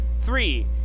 Three